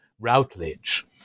Routledge